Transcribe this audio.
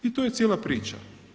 I to je cijela priča.